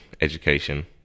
education